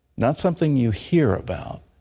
not something you hear about.